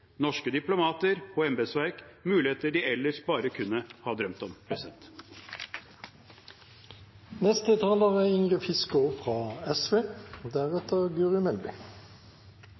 norske diplomater og embetsverk muligheter de ellers bare kunne ha drømt om.